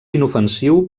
inofensiu